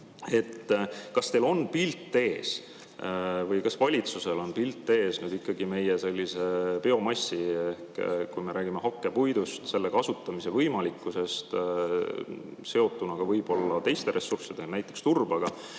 Kas teil on pilt ees või kas valitsusel on pilt ees meie biomassist, kui me räägime hakkepuidust, selle kasutamise võimalikkusest seotuna võib-olla teiste ressurssidega, näiteks turbaga?